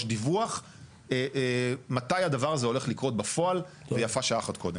דיווח מתי הדבר הזה הולך לקרות בפועל ויפה שעה אחת קודם.